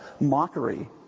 mockery